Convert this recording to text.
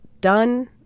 done